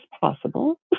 possible